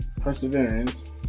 perseverance